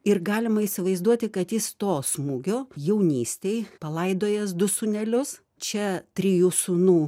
ir galima įsivaizduoti kad jis to smūgio jaunystėj palaidojęs du sūnelius čia trijų sūnų